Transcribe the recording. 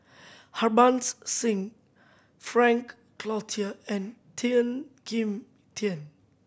Harbans Singh Frank Cloutier and Tian Kim Tian